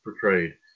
portrayed